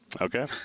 Okay